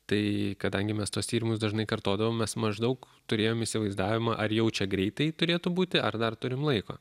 tai kadangi mes tuos tyrimus dažnai kartodavom mes maždaug turėjom įsivaizdavimą ar jau čia greitai turėtų būti ar dar turim laiko